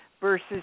versus